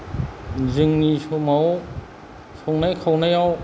जोंनि समाव संनाय खावनायाव